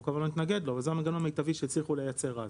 אנחנו כמובן לא נתנגד לו אבל זה המנגנון המיטבי שהצליחו לייצר אז.